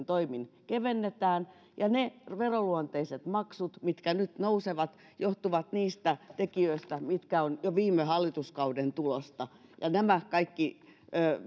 toimin kevennetään ja ne veronluonteiset maksut mitkä nyt nousevat johtuvat niistä tekijöistä mitkä ovat jo viime hallituskauden tulosta ja nämä kaikki